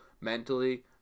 mentally